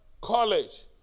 college